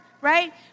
right